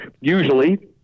usually